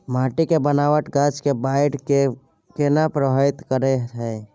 माटी के बनावट गाछ के बाइढ़ के केना प्रभावित करय हय?